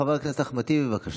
חבר הכנסת אחמד טיבי, בבקשה.